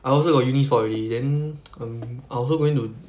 I also got uni spot already then um I also going to